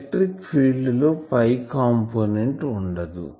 electric field లో component ఉండదు